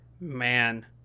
Man